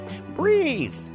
Breathe